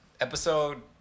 Episode